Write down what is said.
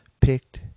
picked